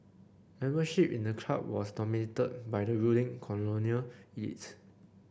membership in the club was dominated by the ruling colonial elite